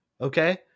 okay